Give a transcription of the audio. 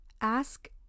Ask